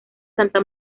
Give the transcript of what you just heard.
santa